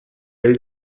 bell